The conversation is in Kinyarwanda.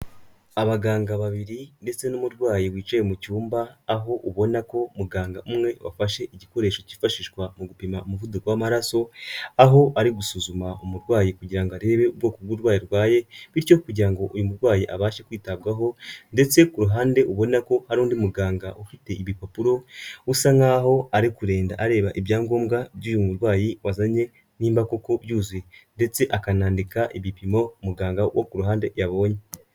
Abaganga babiri ndetse n'umurwayi wicaye mu cyumba, aho ubona ko muganga umwe wafashe igikoresho cyifashishwa mu gupima umuvuduko w'amaraso, aho ari gusuzuma umurwayi kugira arebe ubwoko bw'uburwayi arwaye, bityo kugira uyu murwayi abashe kwitabwaho, ndetse ku ruhande ubona ko hari undi muganga ufite ibipapuro, usa nkaho ari kugenda areba ibyangombwa by'uyu murwayi wazanywe, nimba koko byuzuye, ndetse akanandika ibipimo muganga wo ku ruhande yabonye.